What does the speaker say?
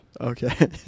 Okay